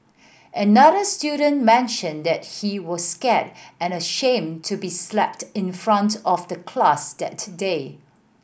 another student mentioned that he was scared and ashamed to be slapped in front of the class that day